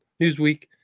Newsweek